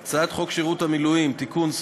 2. הצעת חוק שירות המילואים (תיקון,